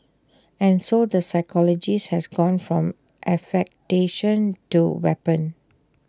and so the psychologist has gone from affectation to weapon